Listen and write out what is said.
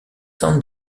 san